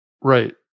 Right